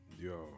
Yo